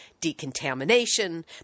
decontamination